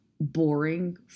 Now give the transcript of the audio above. Boring